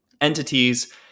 entities